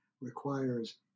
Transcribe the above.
requires